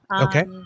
Okay